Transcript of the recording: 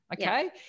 okay